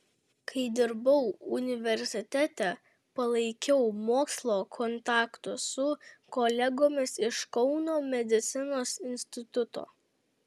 kai dirbau universitete palaikiau mokslo kontaktus su kolegomis iš kauno medicinos instituto